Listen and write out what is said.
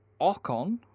Ocon